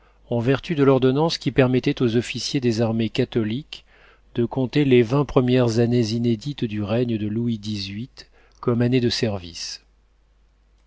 en vertu de l'ordonnance qui permettait aux officiers des armées catholiques de compter les vingt premières années inédites du règne de louis xviii comme années de service